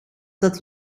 dat